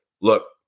look